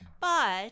But-